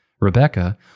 Rebecca